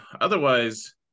otherwise